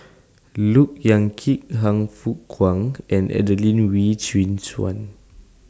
Look Yan Kit Han Fook Kwang and Adelene Wee Chin Suan